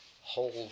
hold